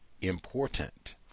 important